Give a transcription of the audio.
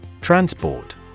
Transport